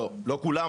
לא כולם.